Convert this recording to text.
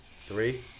Three